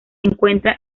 encuentra